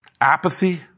apathy